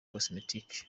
cosmetics